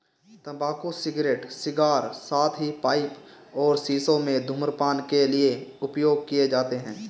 तंबाकू cigarette, cigar, साथ ही पाइप और शीशों में धूम्रपान के लिए उपयोग किए जाते हैं